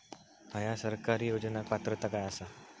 हया सरकारी योजनाक पात्रता काय आसा?